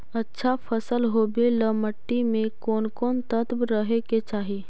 अच्छा फसल होबे ल मट्टी में कोन कोन तत्त्व रहे के चाही?